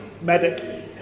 medic